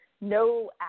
No